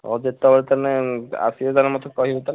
ହଉ ଯେତେବେଳେ ତମେ ଆସିବ ତାହେଲେ ମୋତେ କହିବ ତାହେଲେ